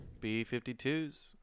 B-52s